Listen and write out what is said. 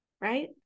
right